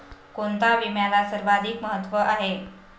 कोणता विम्याला सर्वाधिक महत्व आहे?